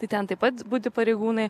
tai ten taip pat budi pareigūnai